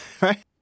right